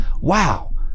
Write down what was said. wow